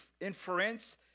inference